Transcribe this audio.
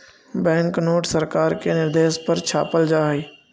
bank note सरकार के निर्देश पर छापल जा हई